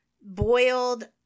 boiled